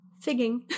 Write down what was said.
figging